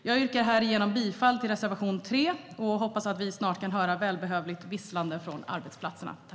Jag yrkar härigenom bifall till reservation 3 och hoppas att vi snart kan höra välbehövligt visslande från arbetsplatserna.